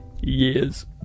years